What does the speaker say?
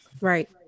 Right